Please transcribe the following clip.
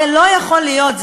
הרי לא יכול להיות,